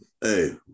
Hey